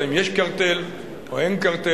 האם יש קרטל או אין קרטל,